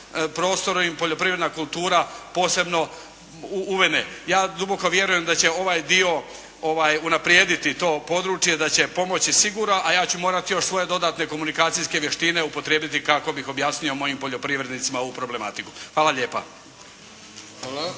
prostoru im poljoprivredna kultura posebno uvene. Ja duboko vjerujem da će ovaj dio unaprijediti to područje, da će pomoći sigurno, a ja ću morati još svoje dodatne komunikacijske vještine upotrijebiti kako bih objasnio mojim poljoprivrednicima ovu problematiku. Hvala lijepa.